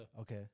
Okay